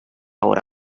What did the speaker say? hora